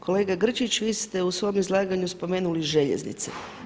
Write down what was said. Kolega Grčić, vi ste u svom izlaganju spomenuli željeznice.